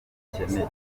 bakeneye